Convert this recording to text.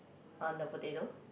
on the potato